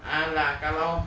ah lah kalau